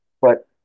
but-